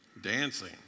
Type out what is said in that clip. Dancing